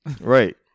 Right